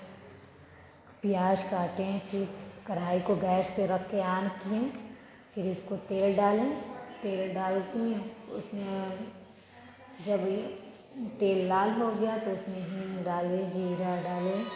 प्याज़ काटे फिर कढाई को गैस पर रख कर आन किए फिर इसको तेल डाले तेल डाल दिए उसमें जब यह तेल लाल हो गया तो उसमें हींग डाले जीरा डाले